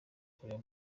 kureba